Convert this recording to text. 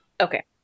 Okay